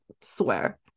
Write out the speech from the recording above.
swear